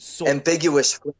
Ambiguous